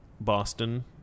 Boston